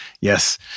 Yes